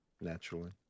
Naturally